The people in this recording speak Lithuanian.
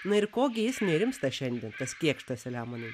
na ir ko gi jis nerimsta šiandien tas kėkštas selemonai